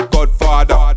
Godfather